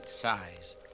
size